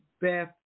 Beth